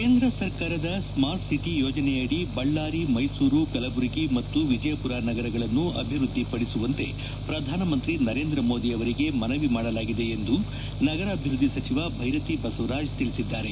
ಕೇಂದ್ರ ಸರ್ಕಾರದ smart city ಯೋಜನೆ ಅಡಿ ಬಳ್ಳಾರಿ ಮೈಸೂರು ಕಲಬುರಗಿ ಮತ್ತು ವಿಜಯಪುರ ನಗರಗಳನ್ನು ಅಭಿವೃದ್ದಿಪಡಿಸುವಂತೆ ಪ್ರಧಾನಮಂತ್ರಿ ನರೇಂದ್ರ ಮೋದಿ ಅವರಿಗೆ ಮನವಿ ಮಾಡಲಾಗಿದೆ ಎಂದು ನಗರಾಭಿವೃದ್ದಿ ಸಚಿವ ಧೈರತಿ ಬಸವರಾಜ್ ತಿಳಿಸಿದ್ದಾರೆ